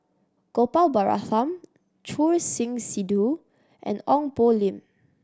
Gopal Baratham Choor Singh Sidhu and Ong Poh Lim